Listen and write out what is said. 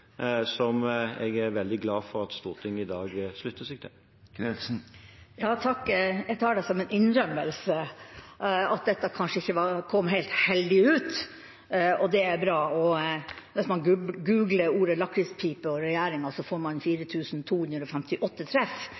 som jeg er veldig glad for at Stortinget i dag slutter seg til. Jeg tar det som en innrømmelse av at dette kanskje ikke kom helt heldig ut, og det er bra. Hvis man googler ordet «lakrispipe» og «regjeringen», får man